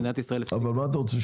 מדינת ישראל --- אבל מה אתה רוצה?